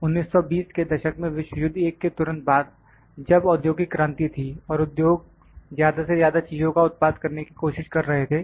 1920 के दशक में विश्व युद्ध I के तुरंत बाद जब औद्योगिक क्रांति थी और उद्योग ज्यादा से ज्यादा चीजों का उत्पाद करने की कोशिश कर रहे थे